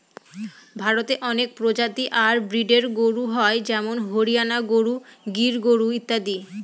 ভারতে অনেক প্রজাতি আর ব্রিডের গরু হয় যেমন হরিয়ানা গরু, গির গরু ইত্যাদি